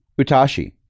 Utashi